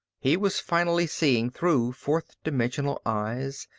he was finally seeing through fourth-dimensional eyes,